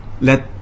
let